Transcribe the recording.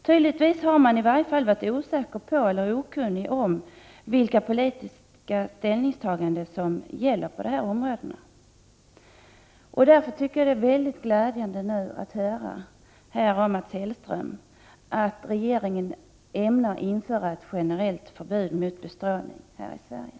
Tydligen har man varit osäker på eller okunnig om vilka politiska ställningstaganden som har gjorts på dessa områden. Därför är det mycket glädjande att Mats Hellström nu säger att regeringen ämnar införa ett generellt förbud mot bestrålning i Sverige.